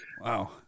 Wow